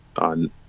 on